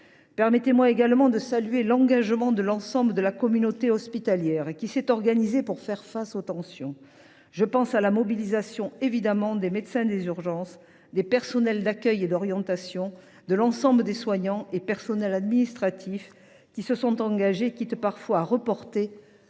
Permettez moi également de saluer l’engagement de l’ensemble de la communauté hospitalière, qui s’est organisée pour faire face aux tensions. Je pense évidemment à la mobilisation des médecins des urgences, mais aussi à celle des personnels d’accueil et d’orientation, ainsi qu’à celle de l’ensemble des soignants et personnels administratifs qui se sont engagés, quitte parfois à reporter,